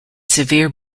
severe